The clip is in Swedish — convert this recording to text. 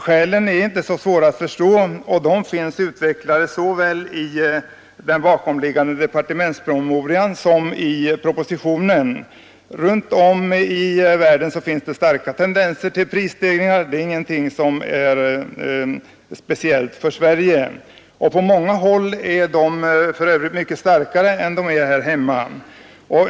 Skälen är inte så svåra att förstå, och de finns uttalade såväl i den bakomliggande departementspromemorian som i propositionen. Runt om i världen finns starka tendenser till prisstegringar. De är inte någonting speciellt för Sverige — på många håll är de för övrigt mycket starkare än här.